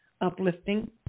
uplifting